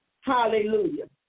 Hallelujah